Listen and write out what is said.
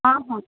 हा हा